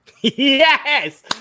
Yes